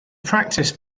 practised